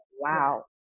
wow